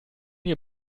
hier